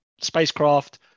Spacecraft